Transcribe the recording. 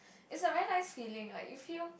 is a very nice feeling like you feel